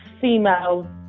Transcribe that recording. female